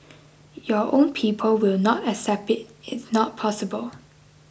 your own people will not accept it it's not possible